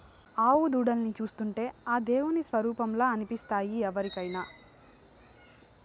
ఆవు దూడల్ని చూస్తుంటే ఆ దేవుని స్వరుపంలా అనిపిస్తాయి ఎవరికైనా